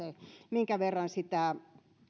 minkä verran sitä